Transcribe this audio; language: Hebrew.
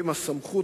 אם הסמכות,